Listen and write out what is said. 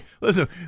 Listen